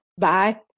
Bye